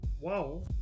Wow